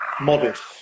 modest